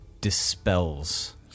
dispels